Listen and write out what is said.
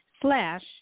slash